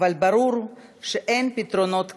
אבל ברור שאין פתרונות קסם.